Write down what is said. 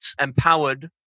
empowered